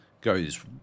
goes